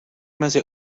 mezi